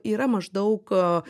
yra maždaug